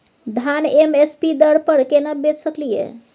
धान M S P दर पर केना बेच सकलियै?